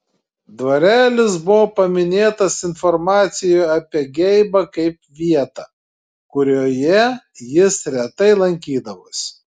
dvarelis buvo paminėtas informacijoje apie geibą kaip vieta kurioje jis retai lankydavosi